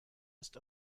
ist